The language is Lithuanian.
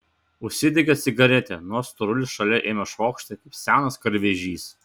užsidegė cigaretę nors storulis šalia ėmė švokšti kaip senas garvežys